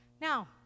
Now